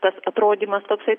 tas atrodymas toksai